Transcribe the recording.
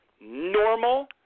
normal